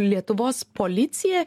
lietuvos policija